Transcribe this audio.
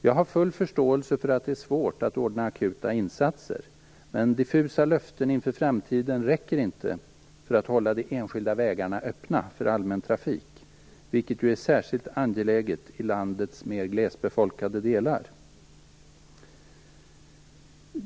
Jag har full förståelse för att det är svårt att ordna akuta insatser, men diffusa löften inför framtiden räcker inte för att hålla de enskilda vägarna öppna för allmän trafik, vilket ju är särskilt angeläget i landets mer glesbefolkade delar.